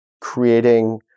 creating